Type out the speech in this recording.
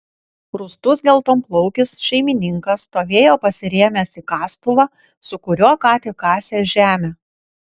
rūstus geltonplaukis šeimininkas stovėjo pasirėmęs į kastuvą su kuriuo ką tik kasė žemę